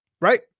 right